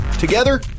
Together